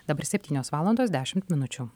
dabar septynios valandos dešimt minučių